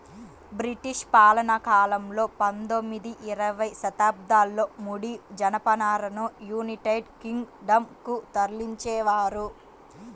British పాలనాకాలంలో పందొమ్మిది, ఇరవై శతాబ్దాలలో ముడి జనపనారను యునైటెడ్ కింగ్ డం కు తరలించేవారు